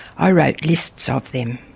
i wrote lists of them.